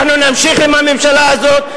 אנחנו נמשיך עם הממשלה הזאת.